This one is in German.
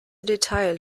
detail